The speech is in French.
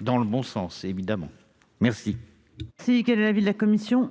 à condition de le faire dans le